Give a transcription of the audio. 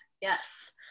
yes